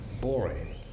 boring